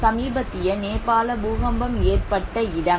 சமீபத்திய நேபாள பூகம்பம் ஏற்பட்ட இடம்